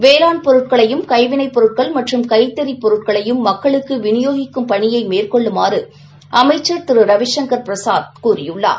வேளாண் பொருட்களையும் கைவினைப் பொருட்கள் மற்றும் கைத்தறிப் பொருட்களையும் மக்களுக்கு விநியோகிக்கும் பணியை மேற்கொள்ளுமாறு அமைச்சர் திரு ரவி சங்கர் பிரசாத் கேட்டுக் கொண்டார்